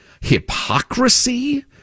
hypocrisy